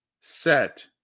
set